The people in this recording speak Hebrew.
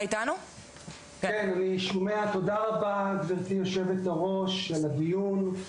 תודה רבה, גברתי יושבת-הראש, על הדיון.